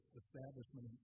establishment